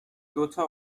دوتا